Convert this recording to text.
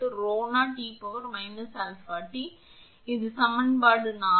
இப்போது 𝜌𝑡 C ° செல்சியஸில் உள்ள எதிர்ப்பானது at என்பது எதிர்ப்பானது 0 ° செல்சியஸ் மற்றும் 𝛼 ஒரு மாறிலி